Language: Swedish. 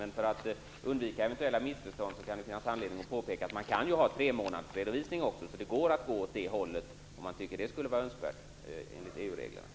Men för att undvika eventuella missförstånd kan det finnas anledning att påpeka att man också kan ha tremånadersredovisning. Det går alltså att gå på den linjen, om man skulle tycka att det var önskvärt.